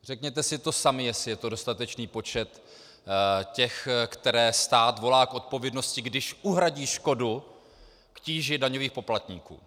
Řekněte si sami, jestli je to dostatečný počet těch, které stát volá k odpovědnosti, když uhradí škodu k tíži daňových poplatníků.